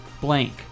blank